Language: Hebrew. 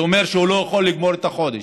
זה אומר שהוא לא יכול לגמור את החודש,